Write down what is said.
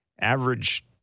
average